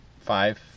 five